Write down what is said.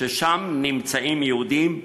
ששם נמצאים יהודים,